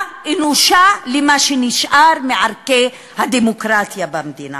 אנושה למה שנשאר מערכי הדמוקרטיה במדינה.